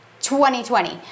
2020